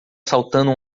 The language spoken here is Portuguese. saltando